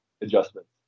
adjustments